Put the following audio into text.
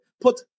put